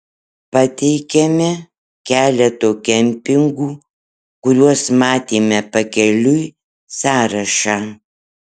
pateikiame keleto kempingų kuriuos matėme pakeliui sąrašą